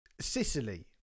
Sicily